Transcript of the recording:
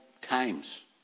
times